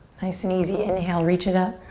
nice and easy, inhale, reach it up.